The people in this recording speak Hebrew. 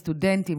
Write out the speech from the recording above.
הסטודנטים,